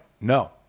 No